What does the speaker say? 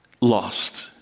lost